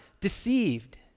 deceived